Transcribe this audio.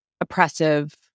oppressive